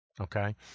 Okay